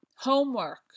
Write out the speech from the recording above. Homework